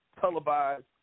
televised